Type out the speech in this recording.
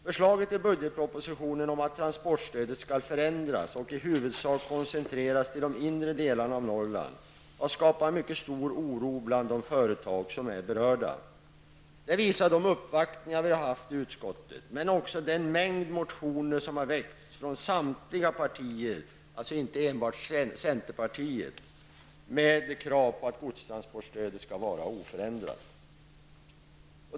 Förslaget i budgetpropositionen att transportstödet skall förändras och i huvudsak koncentraras till de inre delarna av Norrland har skapat en mycket stor oro bland de företag som är berörda. Det visar de uppvaktningar som vi har haft i utskottet men också den mängd motioner som har väckts av ledamöter från samtliga partier, alltså inte enbart centerpartiet, med krav på att godstransportstödet skall vara oförändrat.